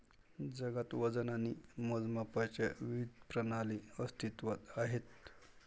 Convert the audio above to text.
जगात वजन आणि मोजमापांच्या विविध प्रणाली अस्तित्त्वात आहेत